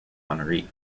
honoree